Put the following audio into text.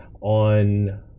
on